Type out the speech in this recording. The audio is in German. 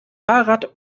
fahrrad